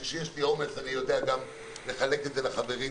שכשיש לי עומס אני גם יודע לחלק את זה עם החברים,